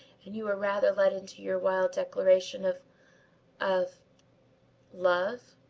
and you were rather led into your wild declaration of of love?